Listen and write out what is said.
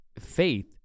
Faith